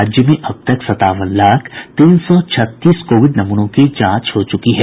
राज्य में अब तक सतावन लाख तीन सौ छत्तीस कोविड नमूनों की जांच हो चुकी है